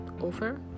Over